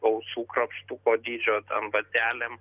ausų krapštuko dydžio ten vatelėm